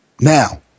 Now